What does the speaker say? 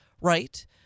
right